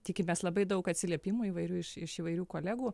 tikimės labai daug atsiliepimų įvairių iš iš įvairių kolegų